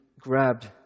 grabbed